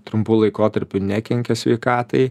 trumpu laikotarpiu nekenkia sveikatai